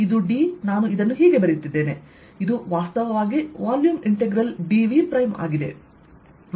ಇದು d ನಾನು ಇದನ್ನು ಹೀಗೆ ಬರೆಯುತ್ತಿದ್ದೇನೆ ಇದು ವಾಸ್ತವವಾಗಿ ವಾಲ್ಯೂಮ್ ಇಂಟಿಗ್ರಲ್ dVಆಗಿದೆ